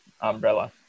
umbrella